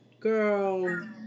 Girl